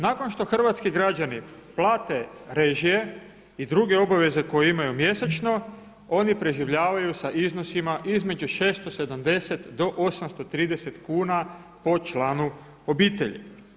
Nakon što hrvatski građani plate režije i druge obaveze koje imaju mjesečno oni preživljavaju sa iznosima između 670 do 830 kuna po članu obitelji.